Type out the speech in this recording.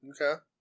Okay